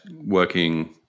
working